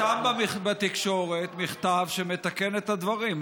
שמו בתקשורת מכתב שמתקן את הדברים.